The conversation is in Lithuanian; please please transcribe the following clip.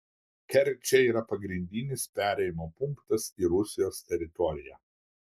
kerčė yra pagrindinis perėjimo punktas į rusijos teritoriją